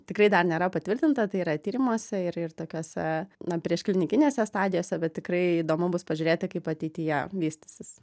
tikrai dar nėra patvirtinta tai yra tyrimuose ir ir tokiose na prieš klinikinėse stadijose bet tikrai įdomu bus pažiūrėti kaip ateityje vystysis